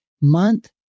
month